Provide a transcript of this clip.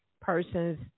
persons